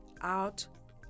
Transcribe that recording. out